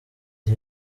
iki